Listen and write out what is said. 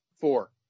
four